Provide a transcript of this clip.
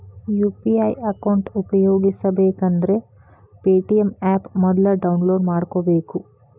UPI account ಉಪಯೋಗಿಸಬೇಕಂದ್ರ Paytm app ಮೊದ್ಲ download ಮಾಡ್ಕೋಬೇಕು